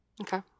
Okay